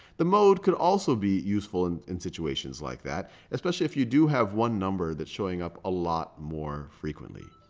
the mode could also be useful and in situations like that, especially if you do have one number that's showing up a lot more frequently.